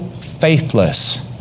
faithless